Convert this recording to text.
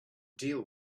deal